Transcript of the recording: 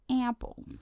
Apples